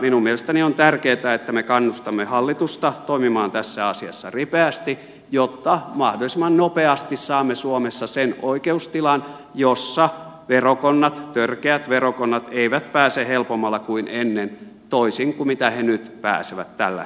minun mielestäni on tärkeätä että me kannustamme hallitusta toimimaan tässä asiassa ripeästi jotta mahdollisimman nopeasti saamme suomessa sen oikeustilan jossa verokonnat törkeät verokonnat eivät pääse helpommalla kuin ennen toisin kuin mitä he nyt pääsevät tällä hetkellä